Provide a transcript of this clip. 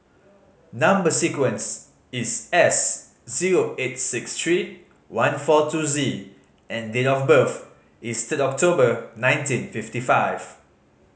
number sequence is S zero eight six three one four two Z and date of birth is third October nineteen fifty five